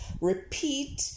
Repeat